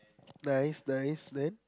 nice nice then